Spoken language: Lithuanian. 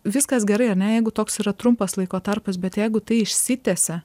viskas gerai ane jeigu toks yra trumpas laiko tarpas bet jeigu tai išsitęsia